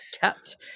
kept